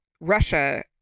russia